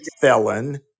felon